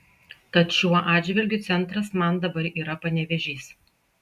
tad šiuo atžvilgiu centras man dabar yra panevėžys